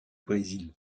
brésil